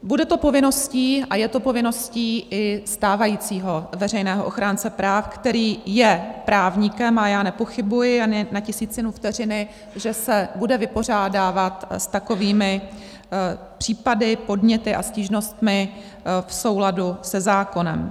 Bude to povinností a je to povinností i stávajícího veřejného ochránce práv, který je právníkem, a já nepochybuji ani na tisícinu vteřiny, že se bude vypořádávat s takovými případy, podněty a stížnostmi v souladu se zákonem.